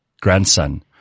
grandson